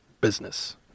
business